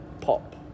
pop